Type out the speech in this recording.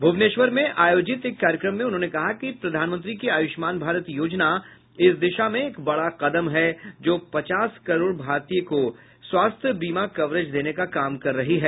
भुवनेश्वर में आयोजित एक कार्यक्रम में उन्होंने कहा कि प्रधानमंत्री की आयुष्मान भारत योजना इस दिशा में एक बड़ा कदम है जो पचास करोड़ भारतीय को स्वास्थ्य बीमा कवरेज देने का काम कर रही है